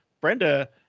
Brenda